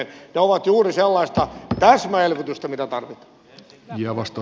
ne ovat juuri sellaista täsmäelvytystä mitä tarvitaan